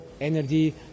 energy